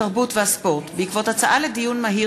התרבות והספורט בעקבות דיון מהיר